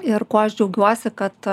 ir kuo aš džiaugiuosi kad